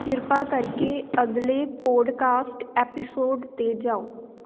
ਕਿਰਪਾ ਕਰਕੇ ਅਗਲੇ ਪੋਡਕਾਸਟ ਐਪੀਸੋਡ 'ਤੇ ਜਾਓ